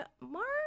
Mark